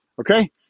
Okay